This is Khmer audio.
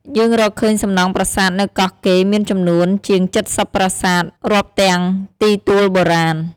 យើងរកឃើញសំណង់ប្រាសាទនៅកោះកេរមានចំនួនជាង ៧០ ប្រាសាទ រាប់ទាំងទីទួលបុរាណ។